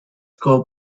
call